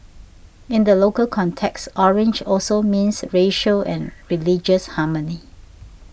in the local context orange also means racial and religious harmony